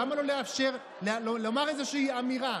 למה לא לאפשר לומר איזושהי אמירה?